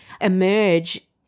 emerge